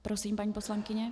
Prosím, paní poslankyně.